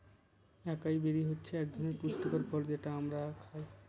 একাই বেরি হচ্ছে এক ধরনের পুষ্টিকর ফল যেটা আমরা খায়